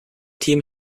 team